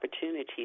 opportunities